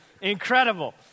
incredible